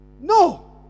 No